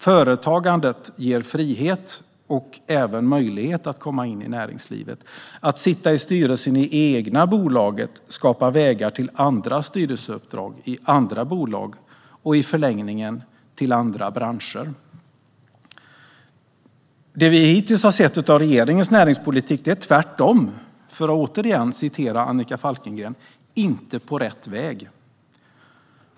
Företagandet ger frihet och även möjlighet att komma in i näringslivet. Att sitta i styrelsen i det egna bolaget skapar vägar till andra styrelseuppdrag i andra bolag och i förlängningen till andra branscher. Det vi hittills sett av regeringens näringspolitik visar tvärtom, för att återigen använda Annika Falkengrens ord, att Sverige inte är på rätt väg.